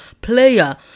player